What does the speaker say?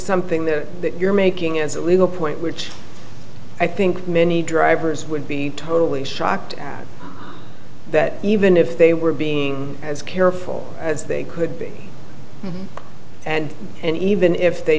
something that you're making as a legal point which i think many drivers would be totally shocked that even if they were being as careful as they could be and and even if they